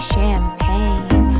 Champagne